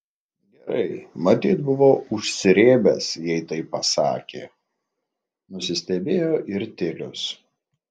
gerai matyt buvo užsrėbęs jei taip pasakė nusistebėjo ir tilius